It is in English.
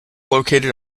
located